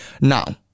Now